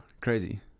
crazy